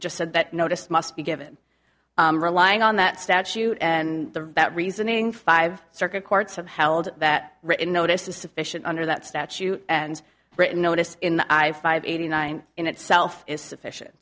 just said that notice must be given relying on that statute and the reasoning five circuit courts have held that written notice is sufficient under that statute and written notice in the i five eighty nine in itself is sufficient